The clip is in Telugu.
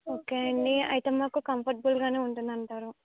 ఓకే అండి అయితే మాకు కంఫర్ట్బుల్గానే ఉంటుంది అంటారు